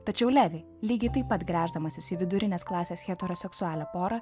tačiau levi lygiai taip pat gręždamasis į vidurinės klasės heteroseksualią porą